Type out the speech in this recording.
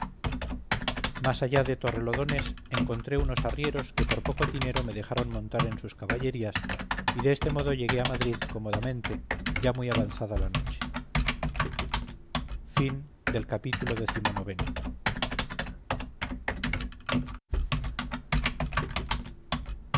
más allá de torrelodones encontré unos arrieros que por poco dinero me dejaron montar en sus caballerías y de este modo llegué a madrid cómodamente ya muy avanzada la noche ii